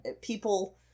people